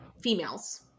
females